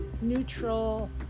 neutral